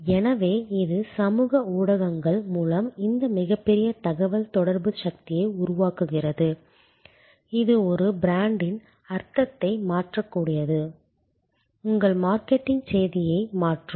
ஏனெனில் இது சமூக ஊடகங்கள் மூலம் இந்த மிகப்பெரிய தகவல்தொடர்பு சக்தியை உருவாக்குகிறது இது ஒரு பிராண்டின் அர்த்தத்தை மாற்றக்கூடியது உங்கள் மார்க்கெட்டிங் செய்தியை மாற்றும்